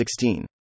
16